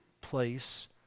place